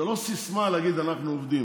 זה לא סיסמה להגיד "אנחנו עובדים",